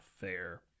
fair